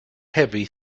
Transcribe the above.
heavy